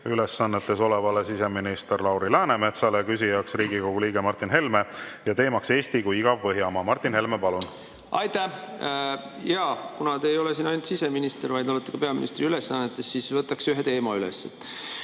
ülesannetes olevale siseministrile Lauri Läänemetsale. Küsija on Riigikogu liige Martin Helme ja teema on Eesti kui igav Põhjamaa. Martin Helme, palun! Aitäh! Kuna te ei ole siin ainult siseminister, vaid olete ka peaministri ülesannetes, siis võtaks ühe teema üles.